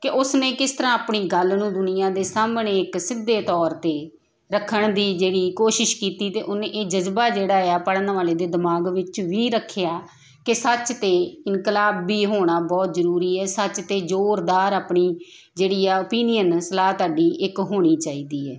ਕਿ ਉਸ ਨੇ ਕਿਸ ਤਰ੍ਹਾਂ ਆਪਣੀ ਗੱਲ ਨੂੰ ਦੁਨੀਆ ਦੇ ਸਾਹਮਣੇ ਇੱਕ ਸਿੱਧੇ ਤੌਰ 'ਤੇ ਰੱਖਣ ਦੀ ਜਿਹੜੀ ਕੋਸ਼ਿਸ਼ ਕੀਤੀ ਅਤੇ ਉਹਨੇ ਇਹ ਜਜ਼ਬਾ ਜਿਹੜਾ ਆ ਪੜ੍ਹਨ ਵਾਲੇ ਦੇ ਦਿਮਾਗ ਵਿੱਚ ਵੀ ਰੱਖਿਆ ਕਿ ਸੱਚ ਅਤੇ ਇਨਕਲਾਬੀ ਹੋਣਾ ਬਹੁਤ ਜ਼ਰੂਰੀ ਹੈ ਸੱਚ 'ਤੇ ਜ਼ੋਰਦਾਰ ਆਪਣੀ ਜਿਹੜੀ ਆ ਓਪੀਨੀਅਨ ਸਲਾਹ ਤੁਹਾਡੀ ਇੱਕ ਹੋਣੀ ਚਾਹੀਦੀ ਹੈ